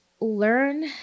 Learn